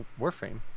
Warframe